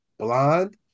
Blonde